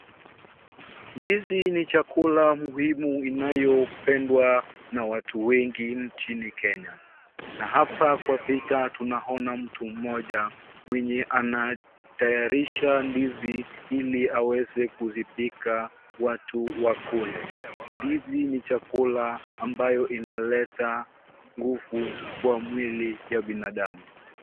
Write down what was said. Ndizi ni chakula muhimu inayopendwa na watu wengi nchini kenya na hapa kwa picha tunaona mtu mmoja mwenye anatayarisha ndizi ili aweze kuzipika watu wakule. Ndizi ni chakula ambayo inaleta nguvu kwa mwili ya binadamu.